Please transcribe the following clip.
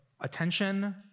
attention